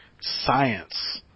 science